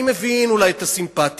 אני מבין אולי את הסימפתיה,